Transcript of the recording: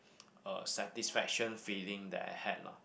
a satisfaction feeling that I had lah